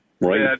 right